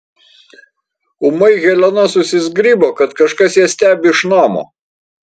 ūmai helena susizgribo kad kažkas ją stebi iš namo